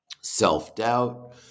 self-doubt